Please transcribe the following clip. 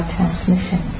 transmission